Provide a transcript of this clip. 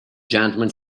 gentlemen